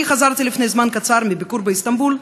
אני חזרתי לפני זמן קצר מביקור באיסטנבול,